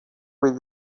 with